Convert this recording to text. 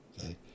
Okay